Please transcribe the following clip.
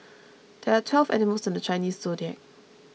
there are twelve animals in the Chinese zodiac